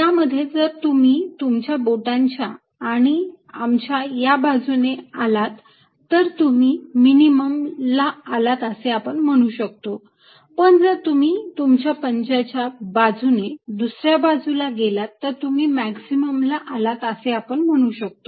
यामध्ये जर तुम्ही तुमच्या बोटांच्या आणि आमच्या च्या बाजूने आलात तर तुम्ही मिनिमम ला आलात असे आपण म्हणू शकतो पण जर तुम्ही तुमच्या पंजाच्या बाजूने दुसऱ्या बाजूला गेलात तर तुम्ही मॅक्झिमम ला आलात असे आपण म्हणू शकतो